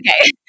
okay